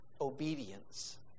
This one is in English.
obedience